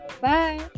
Bye